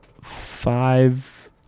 Five